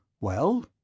Well